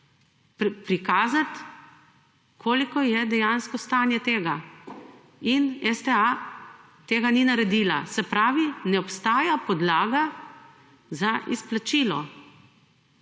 prikazati koliko je dejansko stanje tega. In STA tega ni naredila. Se prvi, ne obstaja podlaga za izplačilo.